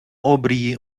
обрії